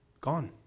Gone